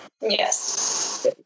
yes